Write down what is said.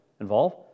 involve